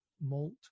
malt